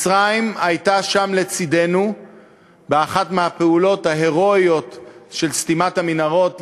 מצרים הייתה שם לצדנו באחת מהפעולות ההירואיות של סתימת המנהרות,